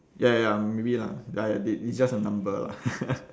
ya ya ya maybe lah a bit it's just a number lah